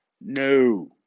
No